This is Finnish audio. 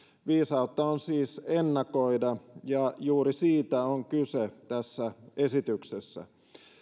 viisautta on siis ennakoida ja juuri siitä on kyse tässä esityksessä